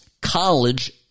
college